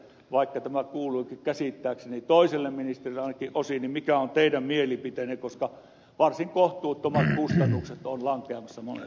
vaikka tämä kuuluukin käsittääkseni toiselle ministeriölle ainakin osin kysyn mikä on teidän mielipiteenne koska varsin kohtuuttomat kustannukset ovat lankeamassa monelle